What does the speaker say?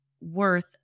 worth